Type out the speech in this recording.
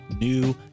new